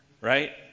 right